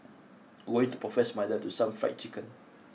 going to profess my love to some fried chicken